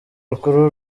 rukuru